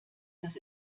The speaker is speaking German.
das